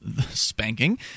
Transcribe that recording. spanking